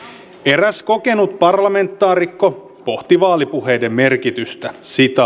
eräs kokenut parlamentaarikko pohti vaalipuheiden merkitystä